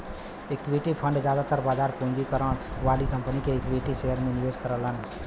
equity fund जादातर बाजार पूंजीकरण वाली कंपनी के इक्विटी शेयर में निवेश करलन